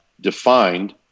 defined